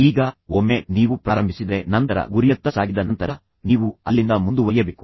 ಈಗ ಒಮ್ಮೆ ನೀವು ಪ್ರಾರಂಭಿಸಿದರೆ ನಂತರ ನಿಮ್ಮ ಗುರಿಯತ್ತ ಸಾಗಿದ ನಂತರ ನೀವು ಅಲ್ಲಿಂದ ಮುಂದುವರಿಯಬೇಕು